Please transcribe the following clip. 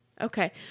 Okay